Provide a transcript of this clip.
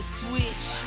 switch